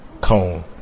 Cone